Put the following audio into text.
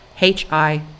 H-I